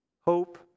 hope